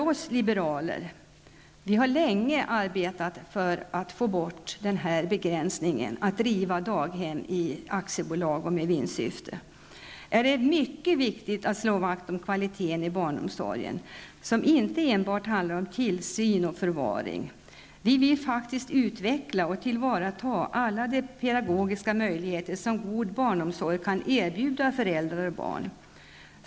Vi liberaler har länge arbetat för att få bort den begränsning som gjort det omöjligt att driva daghem i aktiebolag och med vinstsyfte. För oss är det mycket viktigt att slå vakt om kvaliteten i barnomsorgen, som inte enbart handlar om tillsyn och förvaring. Vi vill utveckla och tillvarata alla de pedagogiska möjligheter som god barnomsorg kan erbjuda föräldrar och barn.